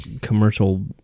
commercial